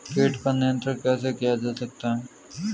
कीट पर नियंत्रण कैसे किया जा सकता है?